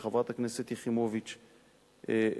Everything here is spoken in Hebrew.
שחברת הכנסת יחימוביץ הביאה.